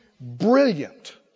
Brilliant